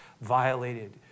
violated